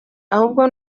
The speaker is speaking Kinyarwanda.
ahubwo